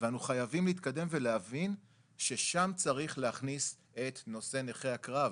ואנחנו חייבים להתקדם ולהבין ששם צריך להכניס את נושא נכי הקרב,